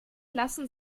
lassen